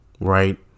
right